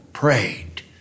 Prayed